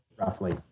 roughly